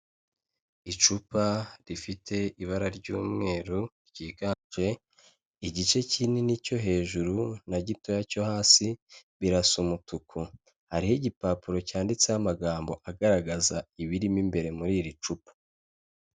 Icupa rifite ibara ry'umweru ryiganje igice kinini cyo hejuru na gitoya cyo hasi birasa umutuku, hariho igipapuro cyanditseho amagambo agaragaza ibirimo imbere muri iri cupa.